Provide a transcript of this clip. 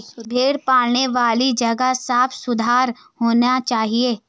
भेड़ पालने वाली जगह साफ सुथरा होना चाहिए